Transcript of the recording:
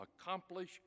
accomplish